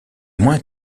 moins